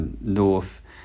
north